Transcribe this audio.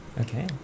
Okay